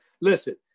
Listen